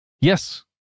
Yes